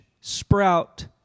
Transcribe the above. sprout